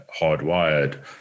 hardwired